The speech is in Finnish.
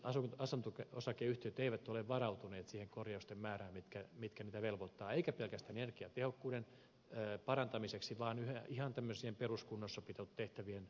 kiinteistöt asunto osakeyhtiöt eivät ole varautuneet siihen korjausten määrään johon niitä velvoitetaan eikä pelkästään energiatehokkuuden parantamiseksi vaan ihan peruskunnossapitotehtävien tekemiseksi